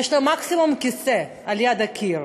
יש לו מקסימום כיסא ליד הקיר,